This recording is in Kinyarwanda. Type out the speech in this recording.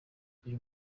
uyu